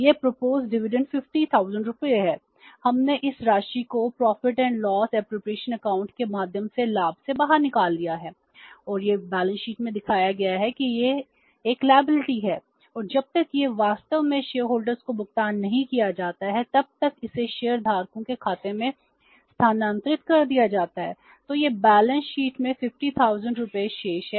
यह प्रस्तावित डिविडेंड में 50000 रुपये शेष है